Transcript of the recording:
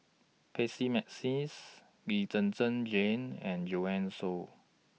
Percy Mcneice Lee Zhen Zhen Jane and Joanne Soo